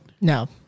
No